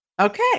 Okay